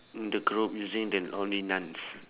in the group using the only nouns